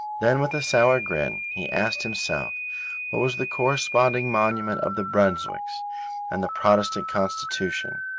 then with a sour grin he asked himself what was the corresponding monument of the brunswicks and the protestant constitution.